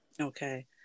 Okay